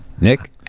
Nick